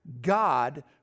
God